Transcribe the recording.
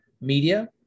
media